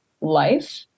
life